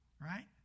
right